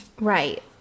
Right